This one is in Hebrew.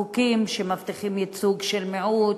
חוקים שמבטיחים ייצוג של מיעוט,